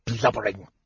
blubbering